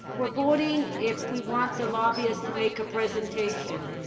we're voting if we want the lobbyists to make a presentation.